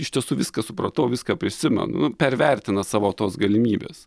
iš tiesų viską supratau viską prisimenu pervertina savo tos galimybes